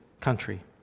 country